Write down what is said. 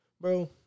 Bro